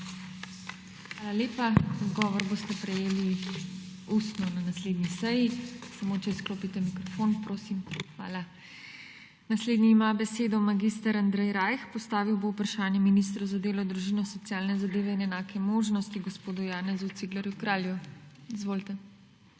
Hvala lepa. Odgovor boste prejeli ustno na naslednji seji. Prosim, če izklopite mikrofon. Hvala. Naslednji ima besedo mag. Andrej Rajh. Postavil bo vprašanje ministru za delo, družino, socialne zadeve in enake možnosti gospodu Janezu Ciglerju Kralju. Izvolite.